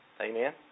Amen